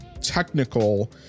technical